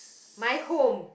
my home